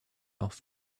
off